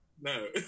No